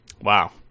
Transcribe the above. Wow